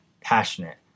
passionate